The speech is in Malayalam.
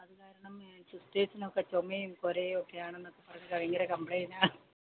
അത് കാരണം സിസ്റ്റേഴ്സിനൊക്കെ ചുമയും കൊരയൊക്കെയാണെന്ന് ഭയങ്കര കംപ്ലെയ്റ്റാണ്